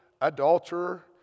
adulterer